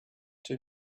two